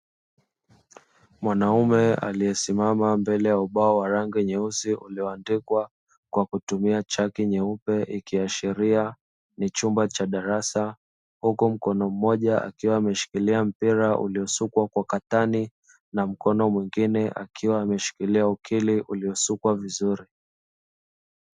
Mwanaume aliyesimama mbele ya ubao wa rangi nyeusi ulioandikwa kwa kutumia chaki nyeupe, ikiashiria ni chumba cha darasa huku mkono mmoja akiwa ameshikilia mpira uliosukwa kwa katani na mkono mwingine akiwa ameshikilia ukili uliosukwa vizuri.